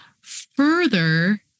further